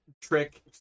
trick